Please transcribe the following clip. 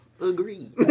agree